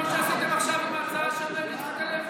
כמו שעשיתם עכשיו עם ההצעה של יצחק הלוי.